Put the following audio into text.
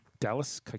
Dallas